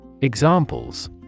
Examples